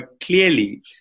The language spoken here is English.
clearly